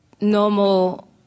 normal